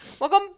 welcome